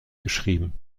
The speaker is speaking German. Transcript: geschrieben